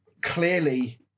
clearly